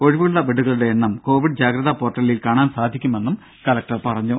ഒഴിവുള്ള ബെഡ്ഡുകളുടെ എണ്ണം കോവിഡ് ജാഗ്രത പോർട്ടലിൽ കാണാൻ സാധിക്കുമെന്നും കലക്ടർ അറിയിച്ചു